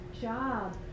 job